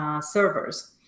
servers